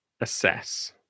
assess